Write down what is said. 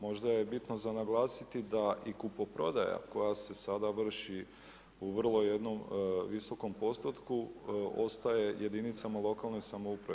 Možda je bitno za naglasiti da i kupoprodaja koja se sada vrši u vrlo jednom visokom postotku ostaje jedinicama lokalne samouprave.